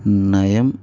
నయం